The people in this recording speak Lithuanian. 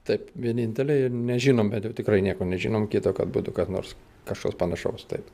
taip vieninteliai ir nežinom bent jau tikrai nieko nežinom kito kad būtų kas nors kažkas panašaus taip